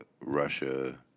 Russia